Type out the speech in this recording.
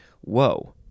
Whoa